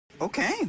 Okay